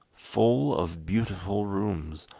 full of beautiful rooms.